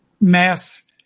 mass